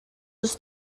dos